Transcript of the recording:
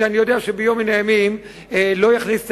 שאני יודע שביום מן הימים לא יכניס את